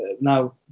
Now